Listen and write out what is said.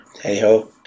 hey-ho